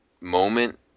moment